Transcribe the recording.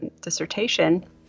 dissertation